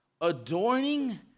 adorning